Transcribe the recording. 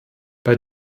bei